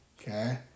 okay